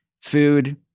food